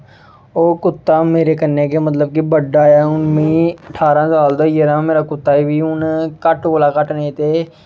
ओह् कुत्ता हून मेरे कन्नै गै मतलब गी बड्डा होया हून में ठारां साल दा होई गेदा हा मेरा कुत्ता बी हून घट्ट कोला घट्ट नेईं ते